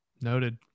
Noted